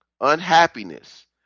unhappiness